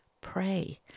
pray